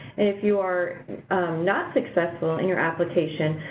and if you are not successful in your application,